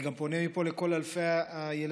אני גם פונה מפה לכל אלפי הילדים